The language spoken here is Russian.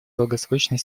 долгосрочной